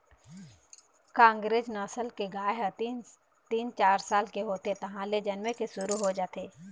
कांकरेज नसल के गाय ह तीन, चार साल के होथे तहाँले जनमे के शुरू हो जाथे